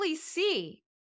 see